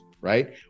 right